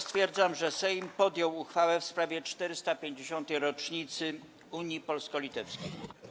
Stwierdzam, że Sejm podjął uchwałę w sprawie 450. rocznicy Unii Polsko-Litewskiej.